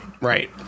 right